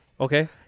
Okay